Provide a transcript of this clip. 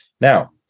Now